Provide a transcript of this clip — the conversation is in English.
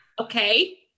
Okay